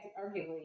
arguably